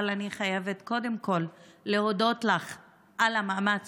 אבל אני חייבת קודם כול להודות לך על המאמץ